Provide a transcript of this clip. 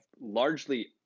largely